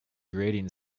grating